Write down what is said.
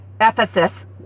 Ephesus